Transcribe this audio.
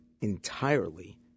entirely